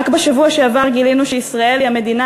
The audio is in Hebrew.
רק בשבוע שעבר גילינו שישראל היא המדינה